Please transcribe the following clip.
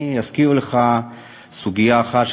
אני אזכיר לך סוגיה אחת,